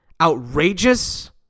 outrageous